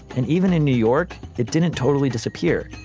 and even in new york, it didn't totally disappear.